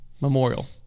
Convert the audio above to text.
Memorial